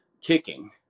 kicking